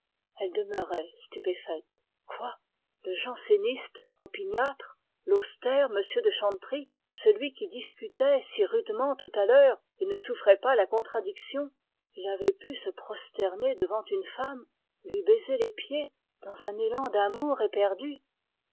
resta stupéfaite quoi ce janséniste opiniâtre qui discutait si rudement tout à l'heure et ne souffrait pas la contradiction il avait pu se prosterner devant une femme lui baiser les pieds dans un éland d'amour éperdu